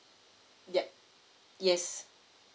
yup yes